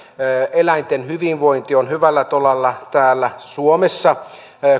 eläinten hyvinvointi on hyvällä tolalla täällä suomessa